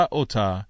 ota